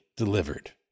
delivered